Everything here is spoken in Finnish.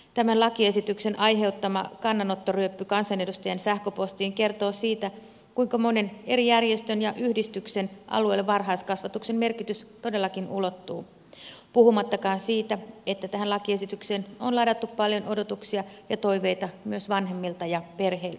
tämän lakiesityksen ai heuttama kannanottoryöppy kansanedustajien sähköpostiin kertoo siitä kuinka monen eri järjestön ja yhdistyksen alueelle varhaiskasvatuksen merkitys todellakin ulottuu puhumattakaan siitä että tähän lakiesitykseen on ladattu paljon odotuksia ja toiveita myös vanhemmilta ja perheiltä